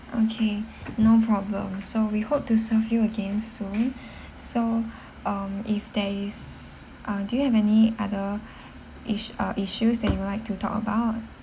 okay no problem so we hope to serve you again soon so um if there is uh do you have any other uh issues that you would like to talk about